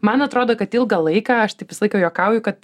man atrodo kad ilgą laiką aš taip visą laiką juokauju kad